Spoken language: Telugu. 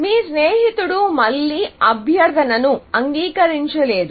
మీ స్నేహితుడు మళ్ళీ అభ్యర్థనను అంగీకరించలేదు